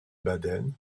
baden